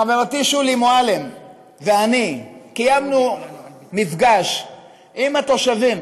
חברתי שולי מועלם ואני קיימנו מפגש עם התושבים